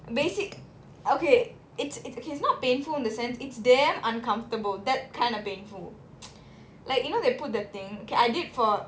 basic okay it's it's okay it's not painful in the sense it's damn uncomfortable that kind of painful like you know they put that thing I did for